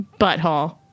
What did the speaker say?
Butthole